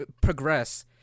progress